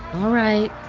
all right.